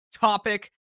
topic